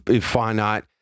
finite